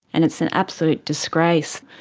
and it's an absolute disgrace.